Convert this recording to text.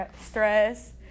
stress